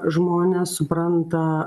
žmonės supranta